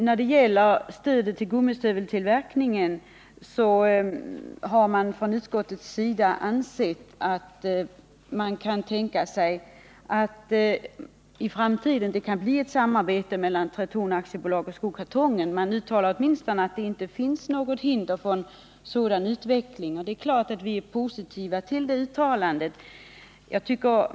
När det gäller stödet till gummistöveltillverkning så kan utskottet tänka sig att det i framtiden kan bli ett samarbete mellan Tretorn AB och Skokartongen. Man uttalar åtminstone att det inte finns något hinder för en sådan utveckling. Vi är naturligtvis positiva till detta uttalande.